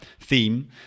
theme